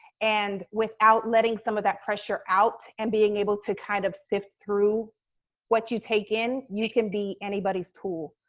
and without letting some of that pressure out, and being able to kind of sift sift through what you take in, you can be anybody's tool.